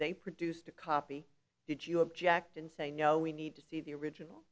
they produced a copy it you object and say no we need to see the original